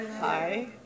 Hi